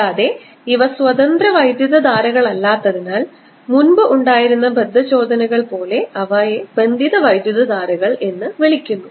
കൂടാതെ ഇവ സ്വതന്ത്ര വൈദ്യുതധാരകളല്ലാത്തതിനാൽ മുൻപ് ഉണ്ടായിരുന്ന ബദ്ധചോദനകൾ പോലെ അവയെ ബന്ധിത വൈദ്യുതധാരകൾ എന്ന് വിളിക്കുന്നു